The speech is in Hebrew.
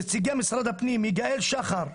נציגי משרד הפנים יגאל שחר,